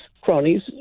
cronies